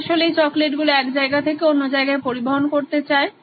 তারা আসলেই চকলেট গুলো এক জায়গা থেকে অন্য জায়গায় পরিবহন করতে চায়